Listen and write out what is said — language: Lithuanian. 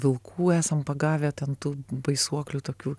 vilkų esam pagavę ten tų baisuoklių tokių